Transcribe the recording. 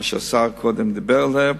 שהשר קודם דיבר עליהם.